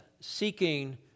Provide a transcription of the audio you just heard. seeking